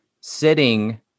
sitting